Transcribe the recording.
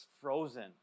frozen